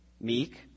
meek